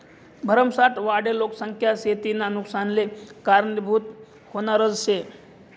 भरमसाठ वाढेल लोकसंख्या शेतीना नुकसानले कारनीभूत व्हनारज शे